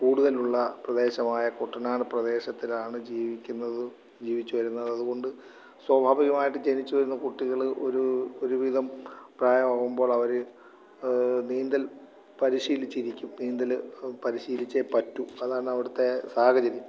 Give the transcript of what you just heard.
കൂടുതലുള്ള പ്രദേശമായ കുട്ടനാട് പ്രദേശത്തിലാണ് ജീവിക്കുന്നതും ജീവിച്ചുവരുന്നത് അതുകൊണ്ട് സ്വാഭാവികമായിട്ടും ജനിച്ചു വരുന്ന കുട്ടികള് ഒരു ഒരുവിധം പ്രായമാകുമ്പോളവര് നീന്തൽ പരിശീലിച്ചിരിക്കും നീന്തല് അത് പരിശീലിച്ചേ പറ്റു അതാണ് അവിടുത്തെ സാഹചര്യം